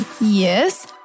yes